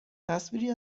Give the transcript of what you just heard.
تصویری